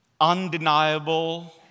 undeniable